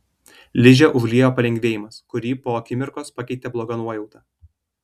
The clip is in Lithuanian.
ližę užliejo palengvėjimas kurį po akimirkos pakeitė bloga nuojauta